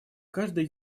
каждый